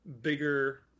bigger